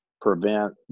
prevent